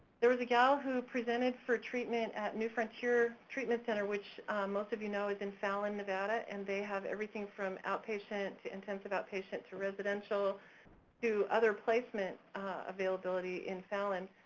there was a gal who presented for treatment at new frontier treatment center, which most of you know is in fallon, nevada, and they have everything from outpatient to intensive outpatient to residential to other placement availability in fallon.